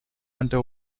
under